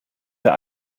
für